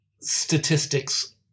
statistics